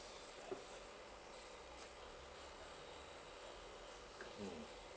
mm